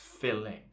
filling